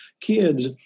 kids